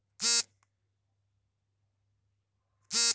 ಬಾಳೆಹಣ್ಣು ಸಿಹಿ ಪದಾರ್ಥವಾಗಿದ್ದು ಜ್ಯೂಸ್ ಮತ್ತು ಜಾಮ್ ಹಾಗೂ ನೇರವಾಗಿ ಇದನ್ನು ತಿನ್ನಬೋದು